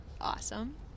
awesome